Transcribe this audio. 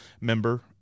member